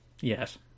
Yes